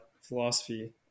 philosophy